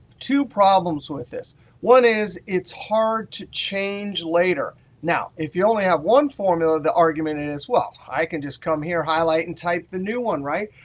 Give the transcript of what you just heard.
two problems with this one is it's hard to change later now, if you only have one formula, the argument and is, well, i can just come here, highlight, and type the new one, right?